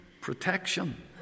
protection